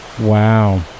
Wow